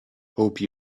hope